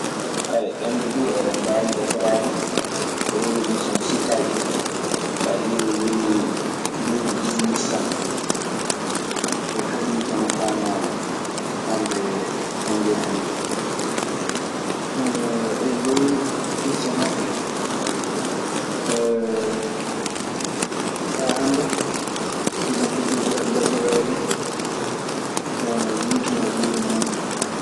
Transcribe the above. ende dum hen dem bawi jatorade, rewolution spaye hen, so a diewi ley duɗi disiwicen hen. Ɓe kaɓiikeno faa naawi kamɓe endiyen en ɓee. E ley issa maɓɓe, faa hannde iɗun heddii jatoreede hono yiitumawuuri muuɗun.